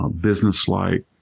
businesslike